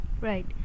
Right